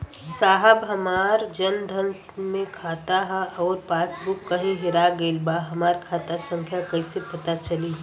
साहब हमार जन धन मे खाता ह अउर पास बुक कहीं हेरा गईल बा हमार खाता संख्या कईसे पता चली?